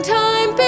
time